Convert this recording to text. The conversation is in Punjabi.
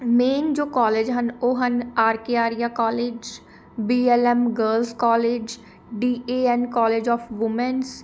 ਮੇਨ ਜੋ ਕੋਲਜ ਹਨ ਉਹ ਹਨ R K Arya college B L M girls college D A N college of women's